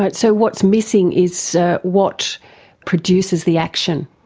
but so what's missing is so what produces the action.